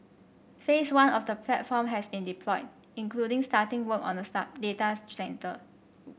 phase one of the platform has been deployed including starting work on a start datas centre